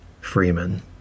Freeman